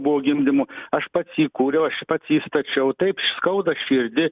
buvo gimdymų aš pats jį įkūriau aš pats jį stačiau taip skauda širdį